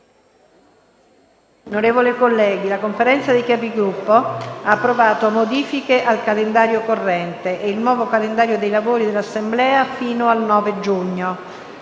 Onorevoli colleghi, la Conferenza dei Capigruppo ha approvato modifiche al calendario corrente e il nuovo calendario dei lavori dell'Assemblea fino al 9 giugno.